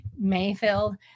Mayfield